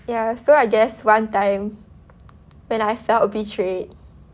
ya so I guess one time when I felt betrayed